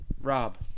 Rob